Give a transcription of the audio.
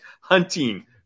hunting